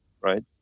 right